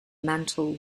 mantle